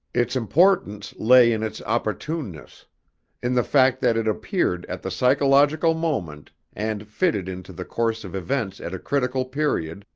its importance lay in its opportuneness in the fact that it appeared at the psychological moment, and fitted into the course of events at a critical period,